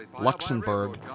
Luxembourg